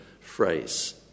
phrase